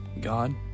God